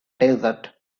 desert